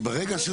כי ברגע,